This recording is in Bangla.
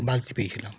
বালতি পেয়েছিলাম